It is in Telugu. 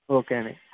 ఓకే అండి